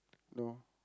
no